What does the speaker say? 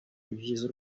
ibyiza